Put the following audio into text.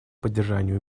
поддержанию